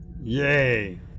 Yay